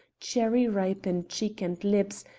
cherry ripe in cheek and lips,